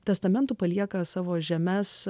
testamentu palieka savo žemes